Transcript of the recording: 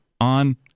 on